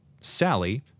Sally